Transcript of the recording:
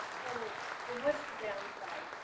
so then, what's the downside,